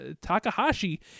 Takahashi